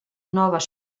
noves